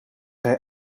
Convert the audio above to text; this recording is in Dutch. hij